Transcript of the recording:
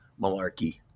malarkey